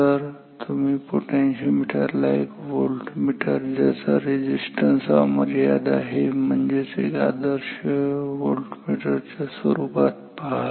तर तुम्ही पोटेन्शिओमीटर ला एक व्होल्टमीटर ज्याचा रेझिस्टन्स अमर्याद ∞ आहे म्हणजेच एक आदर्श व्होल्टमीटर च्या स्वरूपात पहा